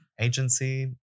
agency